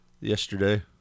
yesterday